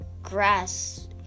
grass